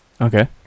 Okay